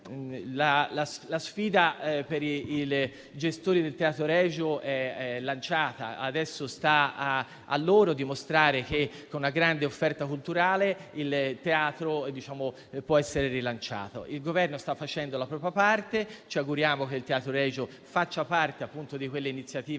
la sfida per i gestori del Teatro Regio è lanciata. Adesso sta a loro dimostrare che, con una grande offerta culturale, il Teatro può essere rilanciato. Il Governo sta facendo la propria parte. Ci auguriamo che il Teatro Regio faccia parte di quelle iniziative